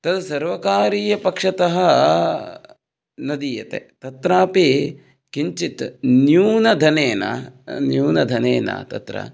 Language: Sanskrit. तद् सर्वकारीयपक्षतः न दीयते तत्रापि किञ्चित् न्यूनधनेन न्यूनधनेन तत्र